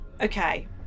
okay